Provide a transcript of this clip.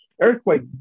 Earthquake